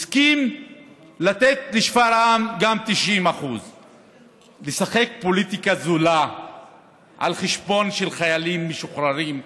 הסכים לתת לשפרעם גם 90% לשחק פוליטיקה זולה על חשבון חיילים משוחררים.